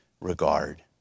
regard